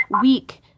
weak